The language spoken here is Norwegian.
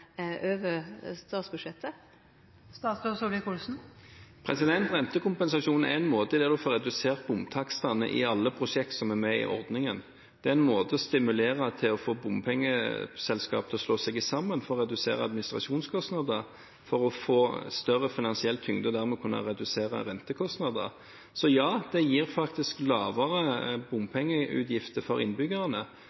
over statsbudsjettet? Rentekompensasjon er en ordning der en får redusert bomtakstene i alle prosjekter som er med i ordningen. Det er en måte å stimulere bompengeselskaper til å slå seg sammen på – for å redusere administrasjonskostnader, for å få større finansiell tyngde, og dermed kunne redusere rentekostnader. Så ja, det gir faktisk lavere